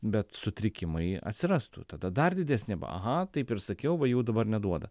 bet sutrikimai atsirastų tada dar didesnė aha taip ir sakiau va jau dabar neduoda